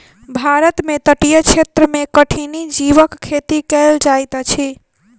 भारत में तटीय क्षेत्र में कठिनी जीवक खेती कयल जाइत अछि